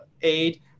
aid